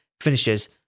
finishes